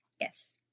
Yes